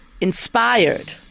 inspired